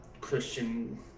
Christian